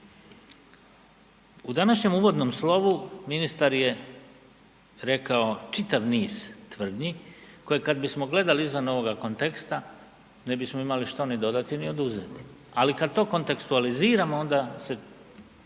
U današnjem uvodnom slovu ministar je rekao čitav niz tvrdnje koje kad bismo gledali izvan ovoga konteksta ne bismo imali što ni dodati ni oduzeti. Ali kad to kontekstualiziramo onda se